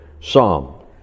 Psalm